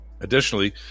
Additionally